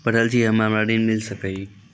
पढल छी हम्मे हमरा ऋण मिल सकई?